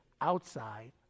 outside